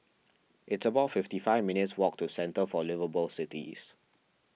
it's about fifty five minutes' walk to Centre for Liveable Cities